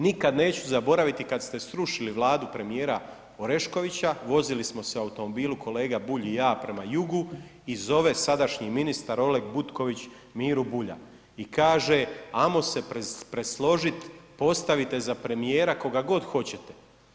Nikad neću zaboraviti kada ste srušili Vladu premijera Oreškovića, vozili smo se u automobilu kolega Bulj i ja prema jugu i zove sadašnji ministar Oleg Butković Miru Bulja i kaže ajmo se presložiti, postavite za premijera koga god hoćete.